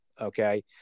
Okay